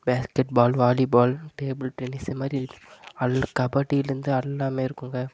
basket பால் volleyball table tennis இது மாதிரி all கபடிலேருந்து எல்லாமே இருக்குதுங்க